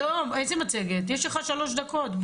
לא, איזה מצגת, יש לך שלוש דקות.